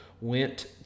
went